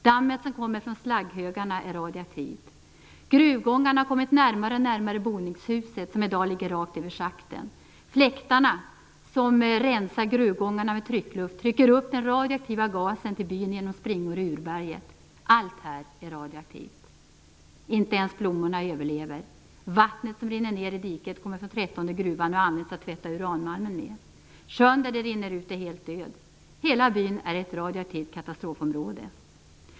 Dammet från slagghögarna är radioaktivt. Gruvgångarna har kommit närmare och närmare boningshuset, som i dag ligger över schakten. Fläktarna som rensar gruvgångarna med tryckluft trycker upp den radioaktiva gasen till byn genom springor i urberget. Allt där är radioaktivt. Inte ens blommorna överlever. Vattnet som rinner i diket kommer från den trettonde gruvan och används till tvätt av uranmalmen. Sjön där vattnet rinner ut är död. Hela byn är ett radioaktivt katastrofområde.